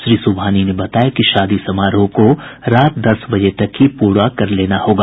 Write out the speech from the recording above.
श्री सुबहानी ने बताया कि शादी समारोह को रात दस बजे तक ही पूरा कर लेना होगा